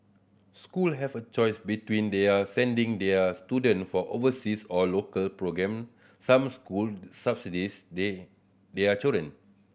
school have a choice between their sending their students for overseas or local programme some school subsidise they their children